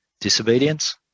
Disobedience